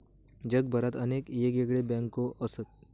जगभरात अनेक येगयेगळे बँको असत